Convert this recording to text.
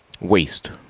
waste